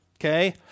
Okay